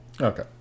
okay